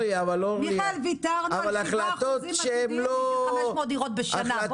מיכאל, ויתרנו על ה-7% והולכים על 500 דירות בשנה.